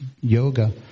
Yoga